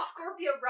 Scorpio